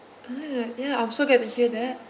ah ya I'm so glad to hear that